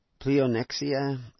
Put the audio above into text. pleonexia